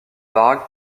baraques